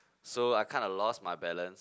so I kinda lost my balance